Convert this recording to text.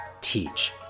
Teach